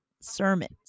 sermons